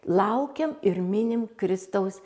laukiam ir minim kristaus